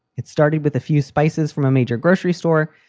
it started with a few spices from a major grocery store,